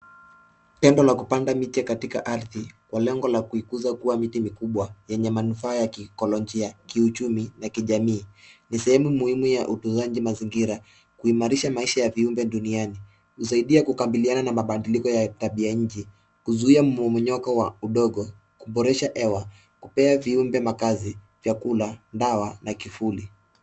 Tendo la kupanda miche katika ardhi kwa lengo la kuikuza kuwa miti mikubwa yenye manufaa ya kikolojia, kiuchumi na kijamii. Ni sehemu muhimu ya utunzaji mazingira kuimarisha maisha ya viumbe duniani. Husaidia kukabiliana na mabadiliko ya tabianchi. Huzuia mmomonyoko wa udongo, kuboresha hewa, kupea viumbe makazi, vyakula, dawa na kivuli.